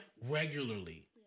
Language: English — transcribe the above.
Regularly